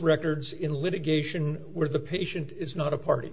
records in litigation where the patient is not a party